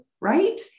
right